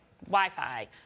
Wi-Fi